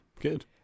Good